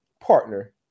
partner